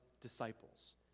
disciples